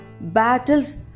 battles